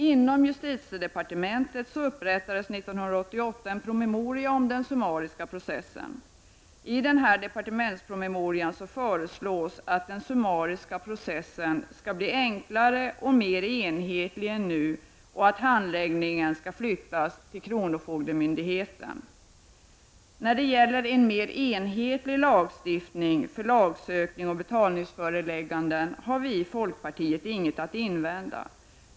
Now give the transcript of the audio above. Inom justitiedepartementet upprättades 1988 en promemoria om den summariska processen. I departementspromemorian föreslås att den summariska processen skall bli enklare och mer enhetlig än nu och att handläggningen skall flyttas till kronofogdemyndigheten. När det gäller en mer enhetlig lagstiftning för lagsökning och betalningsförelägganden har vi i folkpartiet inget att invända.